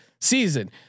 season